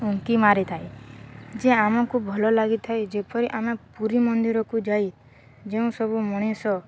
ଉଙ୍କି ମାରିଥାଏ ଯେ ଆମକୁ ଭଲ ଲାଗିଥାଏ ଯେପରି ଆମେ ପୁରୀ ମନ୍ଦିରକୁ ଯାଇ ଯେଉଁ ସବୁ ମଣିଷ